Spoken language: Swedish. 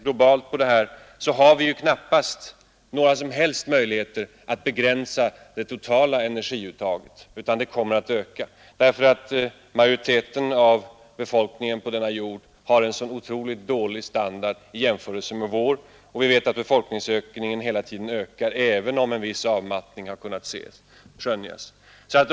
Globalt sett har vi knappast några möjligheter att begränsa det totala energiuttaget, utan detta kommer att öka, främst därför att majoriteten av jordens befolkning har en så otroligt dålig standard. Vi vet att befolkningstillväxten hela tiden ökar, även om en viss avmattning har kunnat skönjas.